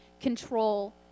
control